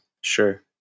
Sure